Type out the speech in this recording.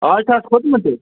اَز چھا کھوٚتمُت یہِ